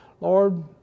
Lord